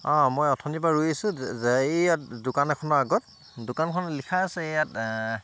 অঁ মই অথনিৰপৰা ৰৈ আছোঁ যে এইয়াত দোকান এখনৰ আগত দোকানখন লিখাই আছে ইয়াত